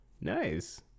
nice